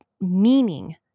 meaning